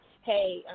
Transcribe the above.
hey